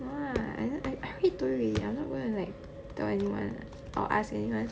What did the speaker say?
no lah I already told you already I'm not gonna tell anyone or ask anyone